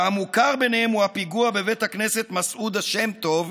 והמוכר ביניהם הוא הפיגוע בבית הכנסת מסעודה שם-טוב,